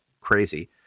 crazy